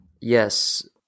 Yes